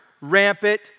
rampant